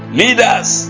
leaders